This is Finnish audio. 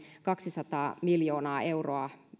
kaksisataa miljardia euroa